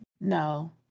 no